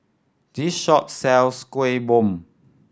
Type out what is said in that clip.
this shop sells Kuih Bom